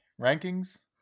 rankings